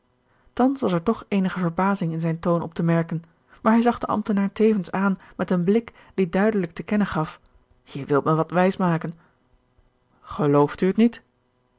thans was er toch eenige verbazing in zijn toon op te merken maar hij zag den ambtenaar tevens aan met een blik die duidelijk te kennen gaf je wilt me wat wijs maken gelooft u het niet